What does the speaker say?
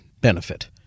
benefit